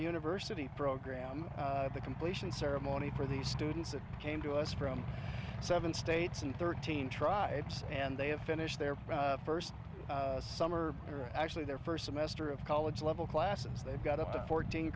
university program the completion ceremony for the students that came to us from seven states and thirteen tribes and they have finished there for first summer or actually their first semester of college level classes they've got up to fourteen